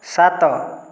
ସାତ